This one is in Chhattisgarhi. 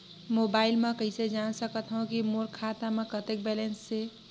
मोबाइल म कइसे जान सकथव कि मोर खाता म कतेक बैलेंस से?